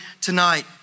Tonight